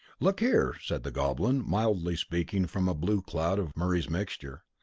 look here, said the goblin, mildly, speaking from a blue cloud of murray's mixture,